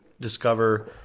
discover